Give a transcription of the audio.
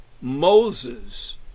Moses